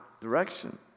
Direction